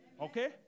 Okay